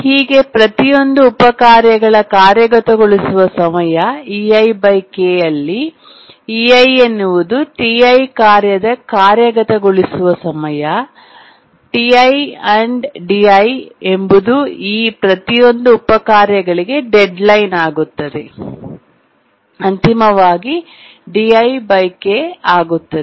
ಹೀಗೆ ಪ್ರತಿಯೊಂದು ಉಪ ಕಾರ್ಯಗಳ ಕಾರ್ಯಗತಗೊಳಿಸುವ ಸಮಯ ಇಲ್ಲಿ ei ಎನ್ನುವುದು Ti ಕಾರ್ಯದ ಕಾರ್ಯಗತಗೊಳಿಸುವ ಸಮಯ Ti ಮತ್ತು di ಎಂಬುದು ಈ ಪ್ರತಿಯೊಂದು ಉಪ ಕಾರ್ಯಗಳಿಗೆ ಡೆಡ್ಲೈನ್ ಆಗುತ್ತದೆ ಅಂತಿಮವಾಗಿ ಆಗುತ್ತದೆ